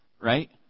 Right